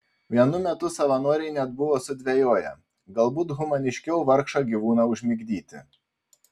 vienu metu savanoriai net buvo sudvejoję galbūt humaniškiau vargšą gyvūną užmigdyti